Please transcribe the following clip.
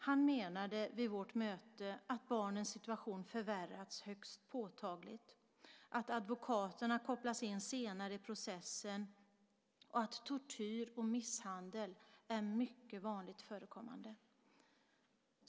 Han menade vid vårt möte att barnens situation förvärrats högst påtagligt, att advokaterna kopplas in senare i processen och att tortyr och misshandel är mycket vanligt förekommande.